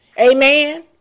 Amen